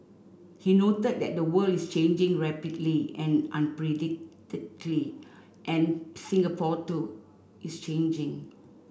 he noted that the world is changing rapidly and and Singapore too is changing